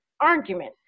argument